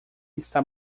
está